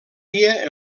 dia